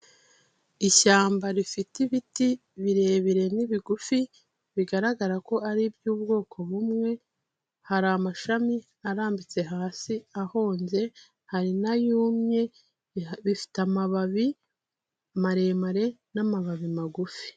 Ishyamba rifite ibiti birebire n'ibigufi bigaragara ko ari iby'ubwoko bumwe, hari amashami arambitse hasi, ahonze, hari n'ayumye, bifite amababi maremare n'amababi magufi.